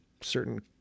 certain